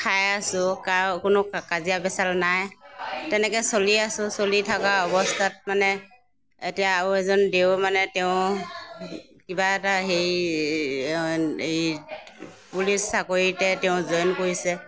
খাই আছোঁ কোনো কাজিয়া পেছাল নাই তেনেকৈ চলি আছোঁ চলি থকা অৱস্থাত মানে এতিয়া আৰু এজন দেউৰ মানে তেওঁ কিবা এটা সেই এই পুলিচ চাকৰিতে তেওঁ জইন কৰিছে